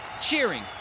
cheering